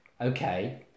Okay